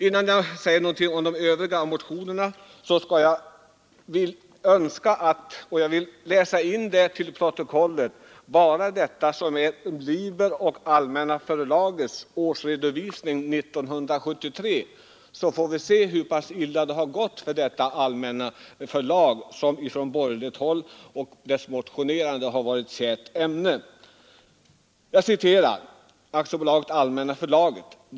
Innan jag säger någonting om de övriga motionerna, vill jag läsa in i protokollet vad som står i ”Liber” om Allmänna förlagets årsredovisning 1973, så får vi se hur illa det har gått för Allmänna förlaget, som varit ett kärt ämne för motionerande från borgerligt håll.